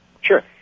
Sure